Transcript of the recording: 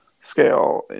scale